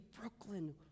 Brooklyn